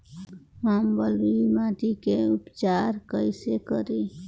हम बलुइ माटी के उपचार कईसे करि?